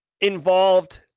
involved